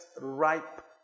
ripe